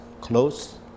close